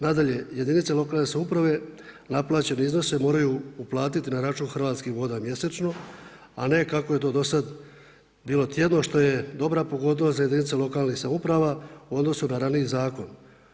Nadalje jedinica lokalne samouprave, naplaćene iznose moraju uplatiti na račun Hrvatskih voda mjesečno, a ne kako je to do sada bilo tjedno, što je dobra pogodnost za jedinica lokalnih samouprava u odnosu na raniji zakon.